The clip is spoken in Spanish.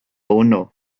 uno